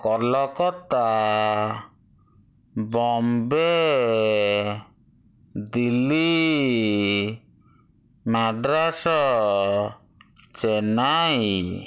Kolkata Bombay Delhi Madras Chennai